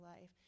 life